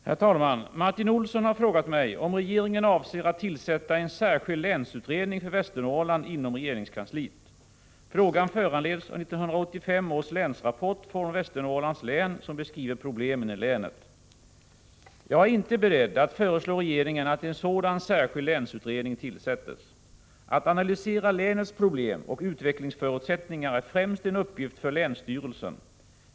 Herr talman! Martin Olsson har frågat mig om regeringen avser att tillsätta en särskild länsutredning för Västernorrland inom regeringskansliet. Frågan föranleds av 1985 års länsrapport från Västernorrlands län, som beskriver problemen i länet. Jag är inte beredd att föreslå regeringen att en sådan särskild länsutredning tillsätts. Att analysera länets problem och utvecklingsförutsättningar är främst en uppgift för länsstyrelsen.